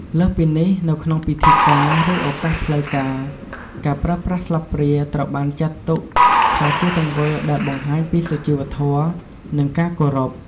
លើសពីនេះ នៅក្នុងពិធីការ ឬឱកាសផ្លូវការ ការប្រើប្រាស់ស្លាបព្រាត្រូវបានចាត់ទុកថាជាទង្វើដែលបង្ហាញពីសុជីវធម៌ និងការគោរព។